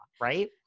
right